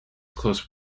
close